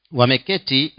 wameketi